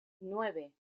nueve